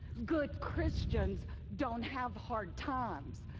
good christians don't have hard times.